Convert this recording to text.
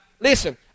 Listen